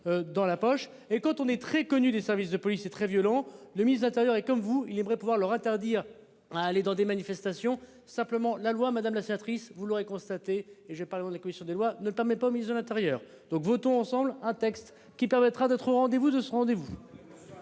Dans la poche et quand on est très connu des services de police et très violent. Le ministre de l'Intérieur et comme vous il aimerait pouvoir leur interdire à aller dans des manifestations. Simplement, la loi Madame. La sénatrice. Vous l'aurez constaté, et j'ai pas loin de la commission des lois ne permet pas au ministre de l'Intérieur donc votons ensemble un texte qui permettra d'être au rendez-vous de ce rendez-vous.